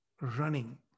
running